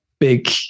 Big